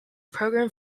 program